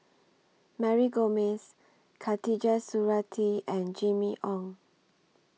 Mary Gomes Khatijah Surattee and Jimmy Ong